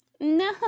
No